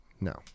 No